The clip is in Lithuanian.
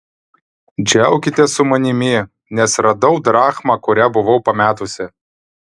džiaukitės su manimi nes radau drachmą kurią buvau pametusi